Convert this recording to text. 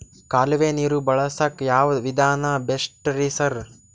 ಕಾಲುವೆ ನೀರು ಬಳಸಕ್ಕ್ ಯಾವ್ ವಿಧಾನ ಬೆಸ್ಟ್ ರಿ ಸರ್?